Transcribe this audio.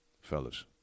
Fellas